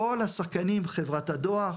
חברת הדואר.